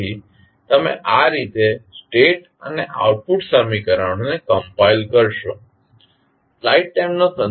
તેથી તમે આ રીતે સ્ટેટ અને આઉટપુટ સમીકરણોને કમ્પાઇલ કરશો